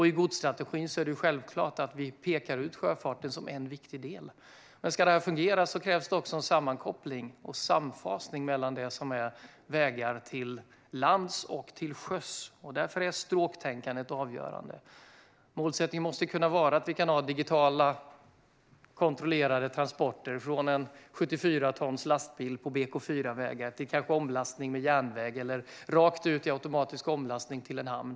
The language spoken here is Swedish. I godsstrategin är det självklart att vi pekar ut sjöfarten som en viktig del, men om detta ska fungera krävs en sammankoppling och samfasning mellan vägar på land och vägar till sjöss. Därför är stråktänkandet avgörande. Målsättningen måste vara att vi kan ha digitala kontrollerade transporter från en 74 tons lastbil på BK4-vägar till omlastning till järnväg eller rakt ut till automatisk omlastning till en hamn.